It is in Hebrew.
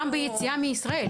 גם ביציאה מישראל,